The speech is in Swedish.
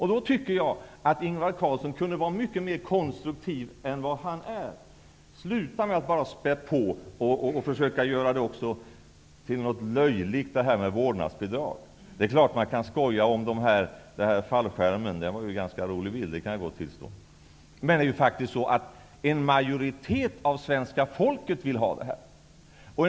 Jag tycker också att Ingvar Carlsson kunde vara mera konstruktiv och sluta med att försöka göra vårdnadsbidrag till något löjligt. Det är klart att man kan skoja om fallskärmen, och jag kan gott tillstå att det var en ganska rolig bild. Men det är faktiskt så att en majoritet av svenska folket vill ha ett vårdnadsbidrag.